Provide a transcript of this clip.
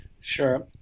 Sure